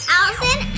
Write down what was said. Allison